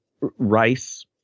Rice –